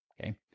Okay